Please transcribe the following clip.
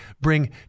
bring